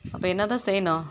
அப்போ என்ன தான் செய்யணும்